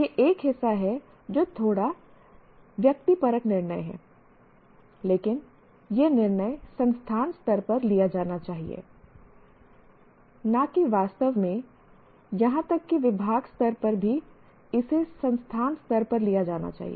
यह एक हिस्सा है जो थोड़ा व्यक्तिपरक निर्णय है लेकिन यह निर्णय संस्थान स्तर पर लिया जाना चाहिए न कि वास्तव में यहां तक कि विभाग स्तर पर भी इसे संस्थान स्तर पर लिया जाना चाहिए